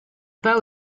pas